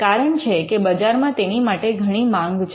કારણ છે કે બજારમાં તેની માટે ઘણી માંગ છે